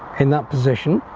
in that position